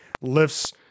lifts